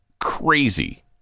crazy